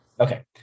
Okay